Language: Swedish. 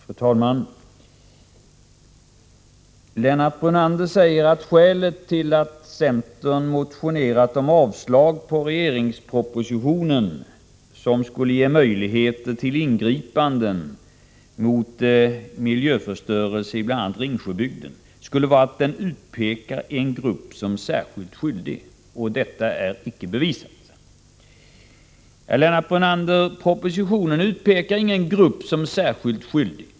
Fru talman! Lennart Brunander säger att skälet till att centern har motionerat om avslag på regeringens proposition, som skulle ge möjligheter till ingripanden mot miljöförstörelse i bl.a. Ringsjöbygden, skulle vara att den utpekar en grupp som särskilt skyldig och att detta icke är bevisat. Propositionen utpekar, Lennart Brunander, ingen grupp som särskilt skyldig.